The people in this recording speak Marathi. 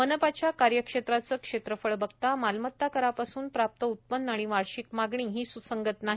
मनपाच्या कार्यक्षेत्राचे क्षेत्रफळ बघता मालमता करापासून प्राप्त उत्पन्न आणि वार्षिक मागणी ही सुसंगत नाही